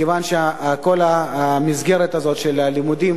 מכיוון שכל המסגרת הזאת של הלימודים